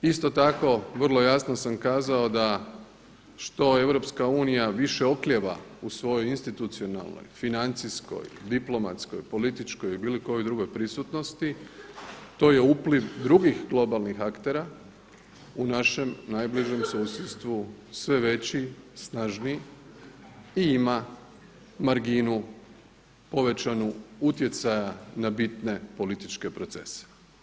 Isto tako vrlo jasno sam kazao da što EU više oklijeva u svojoj institucionalnoj, financijskoj, diplomatskoj, političkoj ili bilo kojoj drugoj prisutnosti to je upliv drugih globalnih aktera u našem najbližem susjedstvu sve veći i snažniji i ima marginu povećanu utjecaja na bitne političke procese.